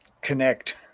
connect